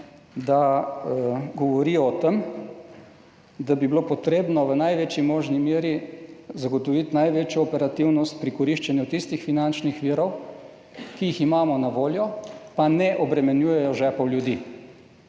da govorijo o tem, da bi bilo treba v največji možni meri zagotoviti največjo operativnost pri koriščenju tistih finančnih virov, ki jih imamo na voljo in ne obremenjujejo žepov ljudi.